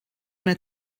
mehr